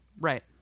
Right